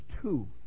two